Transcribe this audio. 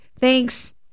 Thanks